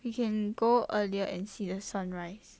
we can go earlier and see the sunrise